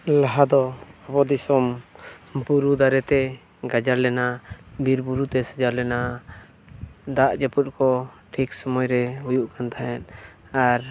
ᱞᱟᱦᱟ ᱫᱚ ᱟᱵᱚ ᱫᱤᱥᱚᱢ ᱵᱩᱨᱩ ᱫᱟᱨᱮᱛᱮ ᱜᱟᱡᱟᱲ ᱞᱮᱱᱟ ᱵᱤᱨ ᱵᱩᱨᱩᱛᱮ ᱥᱟᱡᱟᱣ ᱞᱮᱱᱟ ᱫᱟᱜ ᱡᱟᱹᱯᱩᱫ ᱠᱚ ᱴᱷᱤᱠ ᱥᱚᱢᱚᱭ ᱨᱮ ᱦᱩᱭᱩᱜ ᱠᱟᱱ ᱛᱟᱦᱮᱸᱫ ᱟᱨ